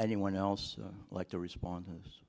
anyone else like the responses